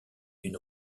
une